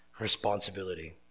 responsibility